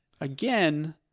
again